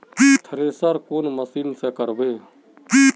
Thresher कौन machine से करबे?